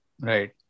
right